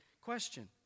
question